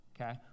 okay